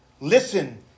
Listen